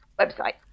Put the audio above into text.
Website